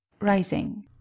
rising